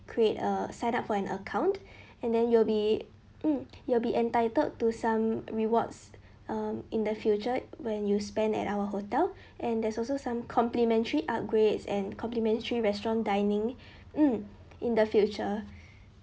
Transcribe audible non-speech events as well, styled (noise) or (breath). create a sign up for an account (breath) and then you'll be mm you'll be entitled to some rewards um in the future when you spend at our hotel (breath) and there's also some complimentary upgrades and complimentary restaurant dining mm in the future